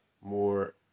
more